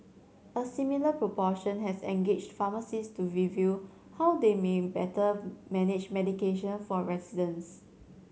a similar proportion has engaged pharmacists to review how they may better manage medication for residents